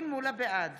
בעד